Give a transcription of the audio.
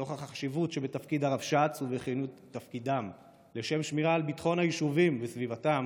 נוכח החשיבות שבתפקיד הרבש"ץ לשמירה על ביטחון היישובים וסביבתם